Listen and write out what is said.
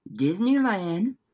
Disneyland